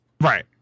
Right